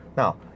Now